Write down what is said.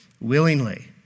willingly